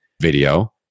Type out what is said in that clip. video